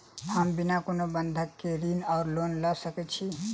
हम बिना कोनो बंधक केँ ऋण वा लोन लऽ सकै छी?